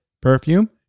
perfume